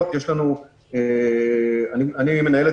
הנתונים האגרגטיביים האלה, מה זה?